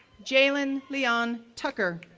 jalen le'on tucker,